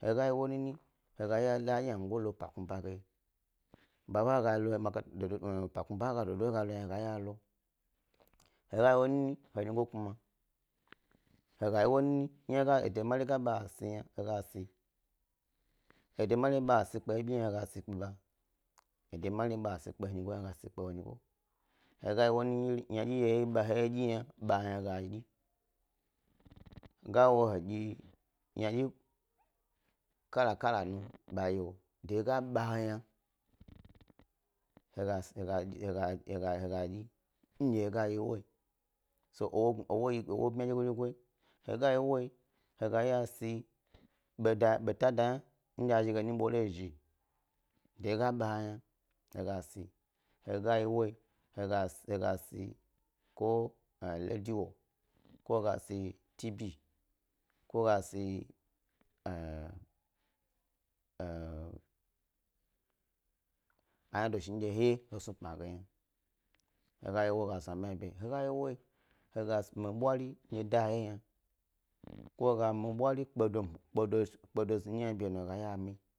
he ga yi woyi nini he iya he la hedye ynagoyi lo pa kpnyi ba ge dododo maka e pa kpnyi he ye lo yna he eya he lo. He ga yi ewoyi nini he nyigo kuma, he ga woyi nini ede mari ga ɓa he he sni yna ga sni, ede mari ba he, he sni kpe abi yna he ga sni kpe ba, ede mari ba he, he sni kpe he nyigo yna he sni kpe wo he ga yi woyi yna dyi ndye ɓa he he dyi yna he ga dyi ga wo he dyi ynadyi kala kala nu he ga dyi de ndye ga ba he yna ba yiwo, de ga ba he yna he ga hega hega dyi so ndye he ga woyi so ewo bmya ɓo dyego dyego, he ga yi ewo he ga eya he sni beta dayna ndye a zhi ge zni bo hen zhi, de ndye ga ba he yna ga sni, he ga yi ewo yi he ga sni redio, ko he ga sni tibi, ko he sni eh eh a ynado zhi ndye he he snu pyma ge, he ga yi wo gas nu bodye he ga myi bwari ndye da hewye yna ko he ga myi bwari kpedo kpedo kpedombu shna hna bi nu he ga eya he myi.